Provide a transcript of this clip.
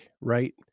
right